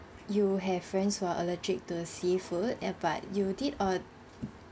you have friends who are allergic to the seafood and but you did or~